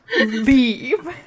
Leave